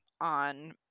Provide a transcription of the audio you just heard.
on